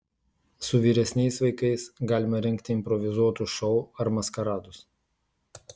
su vyresniais vaikais galima rengti improvizuotus šou ar maskaradus